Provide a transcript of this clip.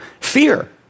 Fear